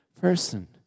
person